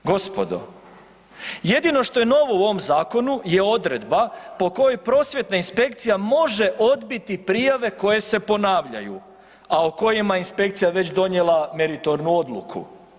Gospodo, jedino što je novo u ovom zakonu je odredba po kojoj prosvjetna inspekcija može odbiti prijave koje se ponavljaju, a o kojima je inspekcija već donijela meritornu odluku.